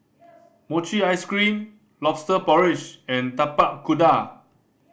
mochi ice cream Lobster Porridge and Tapak Kuda